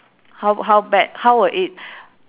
how how bad how will it